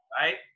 right